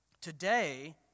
Today